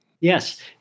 Yes